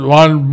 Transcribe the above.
one